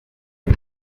nka